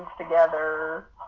together